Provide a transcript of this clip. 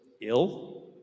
ill